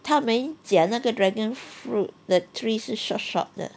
他们讲那个 dragon fruit 的 trees 是 short short 的